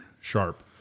sharp